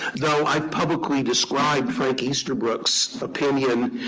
though, i've publicly described frank easterbrook's opinion